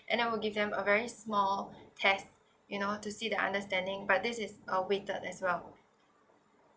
and I will give them a very small test you know to see their understanding but this is uh weighted as well